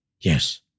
Yes